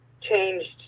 changed